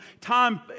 time